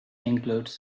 includes